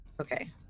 Okay